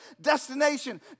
destination